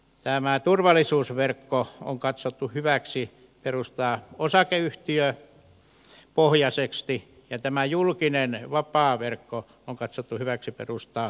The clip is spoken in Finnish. tämä turvallisuusverkko on katsottu hyväksi perustaa osakeyhtiöpohjaiseksi ja tämä julkinen vapaa verkko on katsottu hyväksi perustaa virastopohjaiseksi